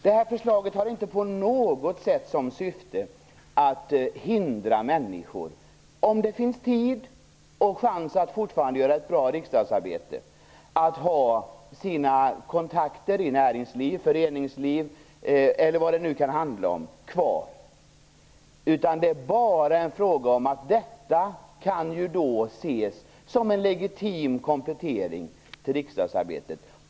Det här registret har inte på något sätt som syfte att hindra människor från att, om det finns tid och chans att fortfarande göra ett bra riksdagsarbete, ha kvar sina kontakter i näringsliv, föreningsliv eller vad det nu kan handla om. Det är bara en fråga om att detta kan ses som en legitim komplettering av riksdagsarbetet.